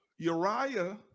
Uriah